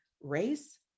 race